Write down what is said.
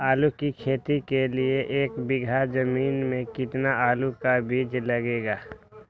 आलू की खेती के लिए एक बीघा जमीन में कितना आलू का बीज लगेगा?